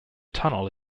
tunnel